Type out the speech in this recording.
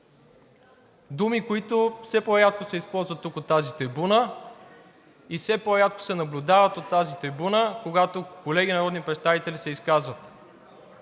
думи, които все по-рядко се използват тук, от тази трибуна, и все по-рядко се наблюдават от тази трибуна, когато колеги народни представители се изказват.